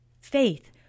faith